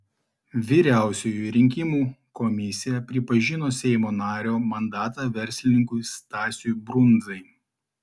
vyriausioji rinkimų komisija pripažino seimo nario mandatą verslininkui stasiui brundzai